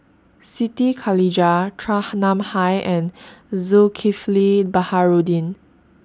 Siti Khalijah Chua Ham Nam Hai and Zulkifli Baharudin